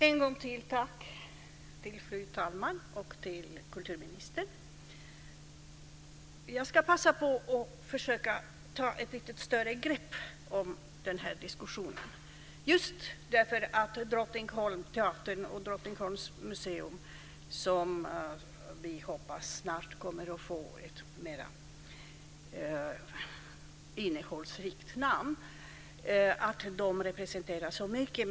Fru talman! Än en gång tack, fru talman och kulturministern! Jag ska passa på och försöka ta ett lite större grepp om den här diskussionen, just därför att Drottningholmsteatern och Drottningholms museum, som vi hoppas snart kommer att få ett mera innehållsrikt namn, representerar så mycket.